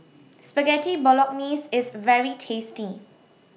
Spaghetti Bolognese IS very tasty